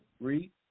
Read